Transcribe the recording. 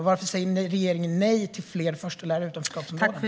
Och varför säger regeringen nej till fler förstelärare i utanförskapsområden?